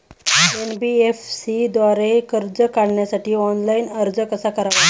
NBFC द्वारे कर्ज काढण्यासाठी ऑनलाइन अर्ज कसा करावा?